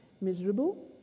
miserable